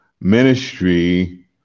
ministry